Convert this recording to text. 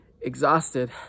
exhausted